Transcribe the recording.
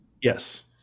Yes